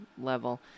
level